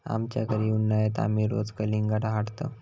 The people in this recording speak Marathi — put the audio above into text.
आमच्या घरी उन्हाळयात आमी रोज कलिंगडा हाडतंव